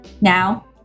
Now